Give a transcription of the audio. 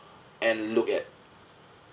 and look at